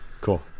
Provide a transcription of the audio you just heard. Cool